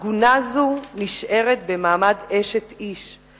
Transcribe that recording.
עגונה זו נשארת במעמד אשת איש,